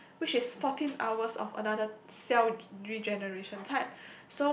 which is fourteen hours of another self regeneration time so